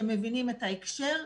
לא בהכרח,